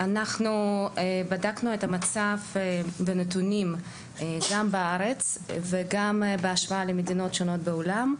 אנחנו בדקנו את המצב בנתונים גם בארץ וגם בהשוואה למדינות שונות בעולם,